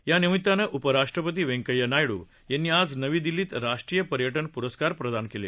यानिमित्तानं उपराष्ट्रपती व्यंकय्या नायडू यांनी आज नवी दिल्लीत राष्ट्रीय पर्यटन पुरस्कार प्रदान केले